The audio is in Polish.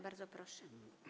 Bardzo proszę.